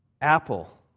apple